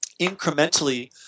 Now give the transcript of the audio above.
incrementally